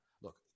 Look